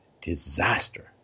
disaster